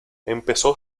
empezó